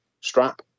strap